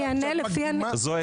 אני אענה לפי הנתונים.